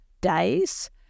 days